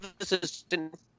assistant